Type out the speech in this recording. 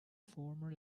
former